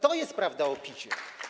To jest prawda o PiS-ie.